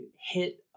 hit